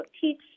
teach